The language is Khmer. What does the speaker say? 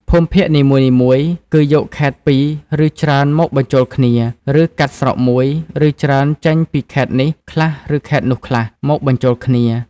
ភូមិភាគនីមួយៗគឺយកខេត្តពីរឬច្រើនមកបញ្ចូលគ្នា ឬកាត់ស្រុក១ ឬច្រើនចេញពីខេត្តនេះខ្លះឬខេត្តនោះខ្លះ មកបញ្ចូលគ្នា។